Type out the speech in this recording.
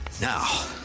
Now